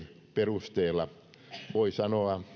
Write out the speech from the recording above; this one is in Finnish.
perusteella voi sanoa